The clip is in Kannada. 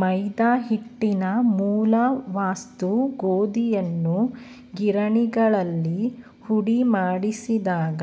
ಮೈದಾ ಹಿಟ್ಟಿನ ಮೂಲ ವಸ್ತು ಗೋಧಿಯನ್ನು ಗಿರಣಿಗಳಲ್ಲಿ ಹುಡಿಮಾಡಿಸಿದಾಗ